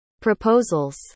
proposals